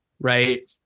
right